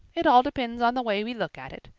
it all depends on the way we look at it.